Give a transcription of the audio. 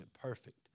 perfect